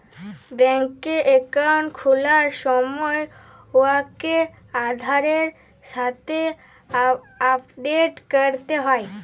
ব্যাংকে একাউল্ট খুলার সময় উয়াকে আধারের সাথে আপডেট ক্যরতে হ্যয়